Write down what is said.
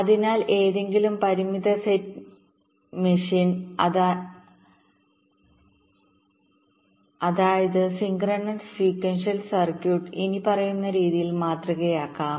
അതിനാൽ ഏതെങ്കിലും പരിമിത സെറ്റ് മെഷീൻ അതായത് സിൻക്രണസ് സീക്വൻഷ്യൽ സർക്യൂട്ട് ഇനിപ്പറയുന്ന രീതിയിൽ മാതൃകയാക്കാം